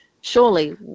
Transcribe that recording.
Surely